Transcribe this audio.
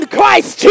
Christ